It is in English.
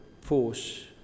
force